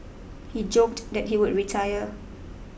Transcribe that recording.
he joked that he would retire